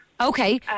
Okay